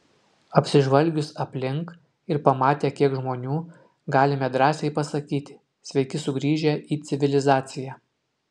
apsižvalgius aplink ir pamatę kiek žmonių galime drąsiai pasakyti sveiki sugrįžę į civilizaciją